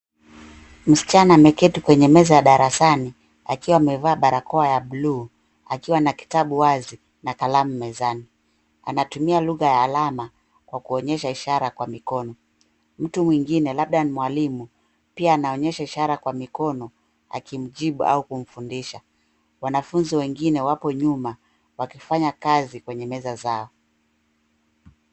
Msichana ameketi kwenye meza ya darasani akiwa amevaa barakoa ya bluu akiwa na kitabu wazi na kalamu mezani. Anatumia lugha ya alama kwa kuonyesha ishara kwa mikono. Mtu mwingine labda ni mwalimu pia anaonyesha ishara kwa mikono akimjibu au kumfundisha. Wanafunzi wengine wapo nyuma wakifanya kazi kwenye meza zao.